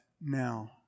Now